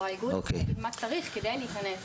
או האיגוד יכול להגיד מה צריך כדי להיכנס